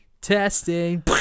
Testing